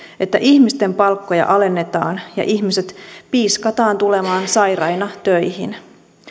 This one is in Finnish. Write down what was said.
että ihmisten palkkoja alennetaan ja ihmiset piiskataan tulemaan sairaina töihin